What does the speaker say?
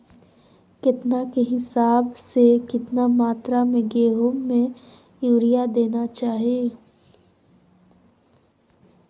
केतना के हिसाब से, कितना मात्रा में गेहूं में यूरिया देना चाही?